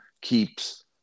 keeps